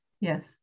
Yes